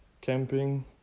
camping